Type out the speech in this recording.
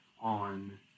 on